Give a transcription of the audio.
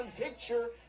picture